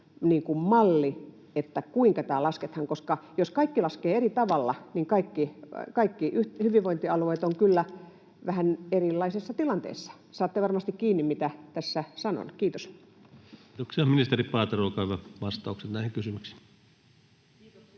kuinka tämä lasketaan. Jos kaikki hyvinvointialueet laskevat eri tavalla, niin ne ovat kyllä vähän erilaisessa tilanteessa. Saatte varmasti kiinni siitä, mitä tässä sanon. — Kiitos. Kiitoksia. — Ministeri Paatero, olkaa hyvä, vastaukset näihin kysymyksiin. Kiitoksia,